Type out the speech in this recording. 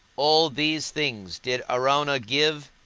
all these things did araunah give,